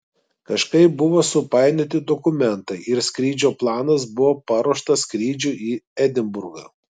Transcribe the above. kažkaip buvo supainioti dokumentai ir skrydžio planas buvo paruoštas skrydžiui į edinburgą